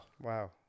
Wow